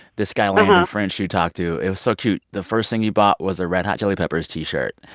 this guy landon french you talked to it was so cute the first thing he bought was a red hot chili peppers t-shirt.